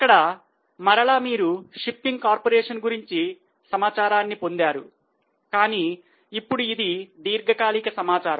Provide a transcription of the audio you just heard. ఇక్కడ మరల మీరు షిప్పింగ్ కార్పొరేషన్ గురించి సమాచారాన్ని పొందారు కానీ ఇప్పుడు ఇది దీర్ఘకాలిక సమాచారం